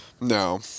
No